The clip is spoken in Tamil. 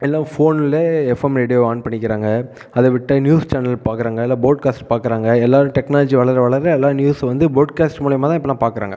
எல்லாம் ஃபோனில் எஃப்எம் ரேடியோ ஆன் பண்ணிக்கிறாங்க அதை விட்டால் நியூஸ் சேனல் பார்க்கறாங்க இல்லை போட்கேஸ்ட் பார்க்கறாங்க எல்லோரும் டெக்னாலஜி வளர வளர எல்லா நியூஸ் வந்து போட்கேஸ்ட் மூலயமாதா இப்போலாம் பார்க்கறாங்க